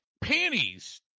panties